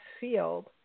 field